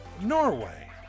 Norway